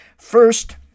first